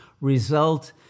result